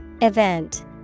Event